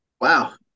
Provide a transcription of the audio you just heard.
Wow